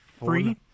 Free